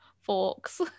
Forks